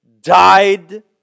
died